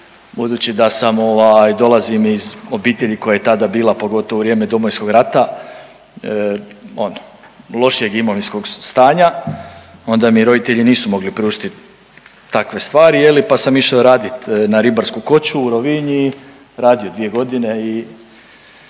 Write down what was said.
budući da sam dolazim iz obitelji koja je tada bila pogotovo u vrijeme Domovinsko rata ono lošijeg imovinskog stanja onda mi roditelji nisu mogli pružiti takve stvari je li pa sam išao raditi na ribarsku koču u Rovinj i radio dvije godine i